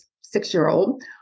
six-year-old